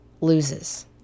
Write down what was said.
loses